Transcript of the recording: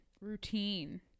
routine